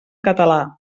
català